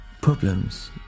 problems